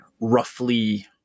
roughly